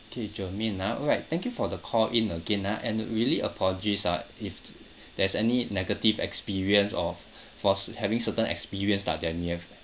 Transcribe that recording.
okay jermaine ah alright thank you for the call in again ah and really apologies ah if there's any negative experience of fors~ having certain experience lah that you have